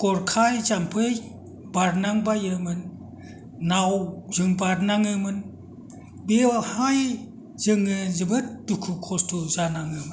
गरखाय जाम्फै बारनांबायोमोन नावजों बारनाङोमोन बेयावहाय जोङो जोबोद दुखु खस्त' जानाङोमोन